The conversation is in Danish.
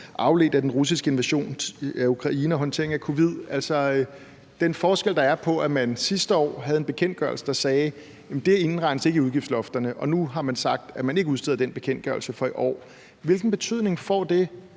afledt af den russiske invasion af Ukraine og håndteringen af covid-19 vil jeg høre vedrørende den forskel, der er på, at man sidste år havde en bekendtgørelse, der sagde, at det ikke indregnes i udgiftslofterne, og at man nu har sagt, at man ikke udsteder den bekendtgørelse for i år: Hvilken betydning får det,